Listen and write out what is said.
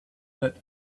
that